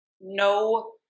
no